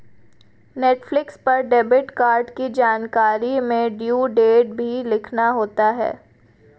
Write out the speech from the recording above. Netflix पर debit card की जानकारी में ड्यू डेट भी लिखना होता है